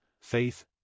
faith